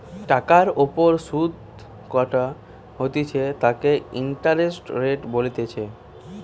টাকার ওপর সুধ কাটা হইতেছে তাকে ইন্টারেস্ট রেট বলতিছে